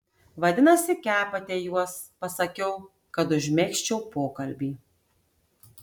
vadinasi kepate juos pasakiau kad užmegzčiau pokalbį